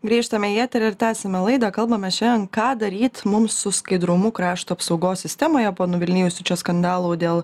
grįžtame į eterį ir tęsiame laidą kalbame šiandien ką daryt mums su skaidrumu krašto apsaugos sistemoje po nuvilnijusių čia skandalų dėl